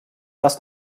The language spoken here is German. das